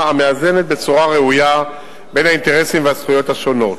המאזנת בצורה ראויה את האינטרסים והזכויות השונים.